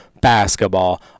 basketball